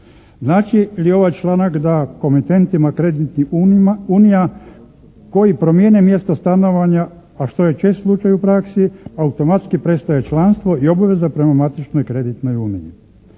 Znači li ovaj članak da komintentima kreditnih unija koji promijene mjesto stanovanja, a što je čest slučaj u praksi, automatski prestaje članstvo i obaveza prema matičnoj kreditnoj uniji.